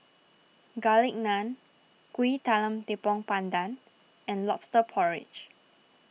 Garlic Naan Kuih Talam Tepong Pandan and Lobster Porridge